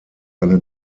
eine